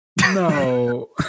No